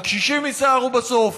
הקשישים יישארו בסוף,